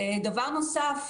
דבר נוסף,